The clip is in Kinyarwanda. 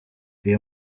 iyi